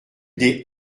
des